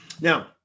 Now